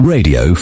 Radio